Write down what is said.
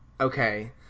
okay